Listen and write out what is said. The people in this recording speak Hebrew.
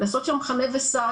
לעשות שם חנה וסע,